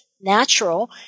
natural